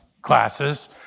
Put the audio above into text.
classes